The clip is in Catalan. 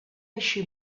així